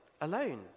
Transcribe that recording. alone